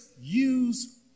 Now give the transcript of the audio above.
use